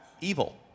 evil